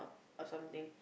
or something